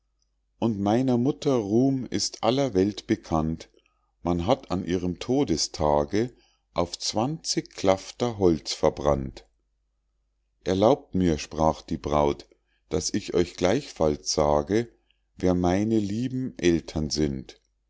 und meiner mutter ruhm ist aller welt bekannt man hat an ihrem todestage auf zwanzig klafter holz verbrannt erlaubt mir sprach die braut daß ich euch gleichfalls sage wer meine lieben aeltern sind